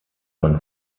von